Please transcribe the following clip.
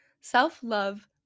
Self-love